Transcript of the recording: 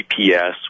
GPS